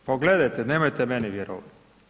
Pogledajte, nemojte meni vjerovati.